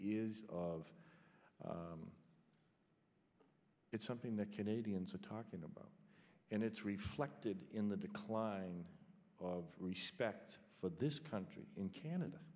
is of it's something that canadians are talking about and it's reflected in the decline of respect for this country in canada